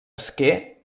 esquer